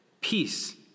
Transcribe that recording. peace